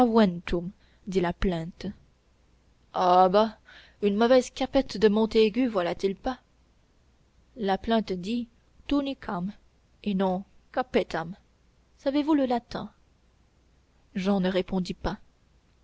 la plainte ah bah une mauvaise cappette de montaigu voilà-t-il pas la plainte dit tunicam et non cappettam savez-vous le latin jehan ne répondit pas